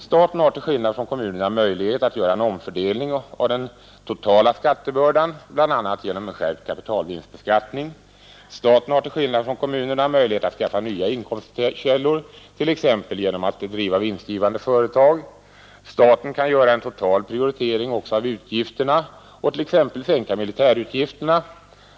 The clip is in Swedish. Staten har, till skillnad från kommunerna, möjlighet att göra en omfördelning av den totala skattebördan, bl.a. genom en skärpt kapitalvinstbeskattning. Staten har, i motsats mot kommunerna, möjlighet att skaffa nya inkomstkällor, t.ex. genom att driva vinstgivande företag. Staten kan göra en total prioritering också av utgifterna och t.ex. sänka militärutgifterna.